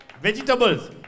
Vegetables